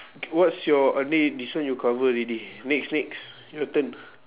what's your this one you cover already next next your turn